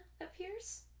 appears